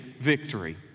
victory